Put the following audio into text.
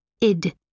Id